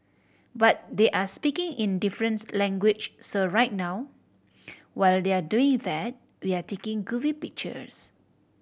but they're speaking in a different language so right now while they're doing that we're taking goofy pictures